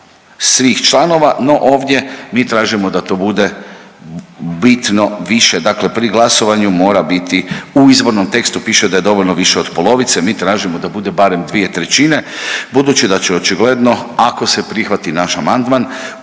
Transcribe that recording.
svih članova, no ovdje mi tražimo da to bude bitno više. Dakle, pri glasovanju mora biti u izvornom tekstu piše da je dovoljno više od polovice, mi tražimo da bude barem 2/3 budući da će očigledno ako se prihvati naš amandman